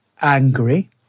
angry